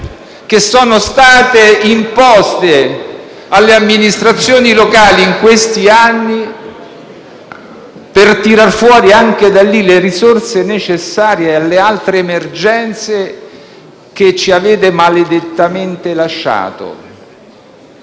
le pastoie imposte alle amministrazioni locali negli ultimi anni, per tirar fuori anche da lì le risorse necessarie alle altre emergenze che ci avete maledettamente lasciato.